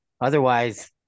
Otherwise